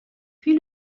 puis